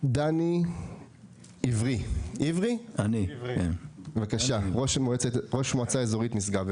דני עברי, ראש מועצה אזורית משגב,